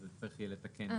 אז צריך יהיה לתקן ---.